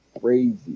crazy